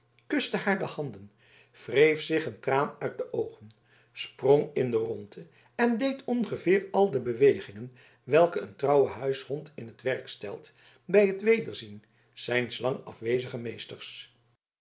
kuste haar de handen wreef zich een traan uit de oogen sprong in de rondte en deed ongeveer al de bewegingen welke een trouwe huishond in t werk stelt bij het wederzien zijns lang afwezigen meesters